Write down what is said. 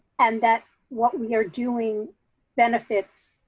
and that what we are doing benefits,